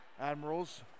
Admirals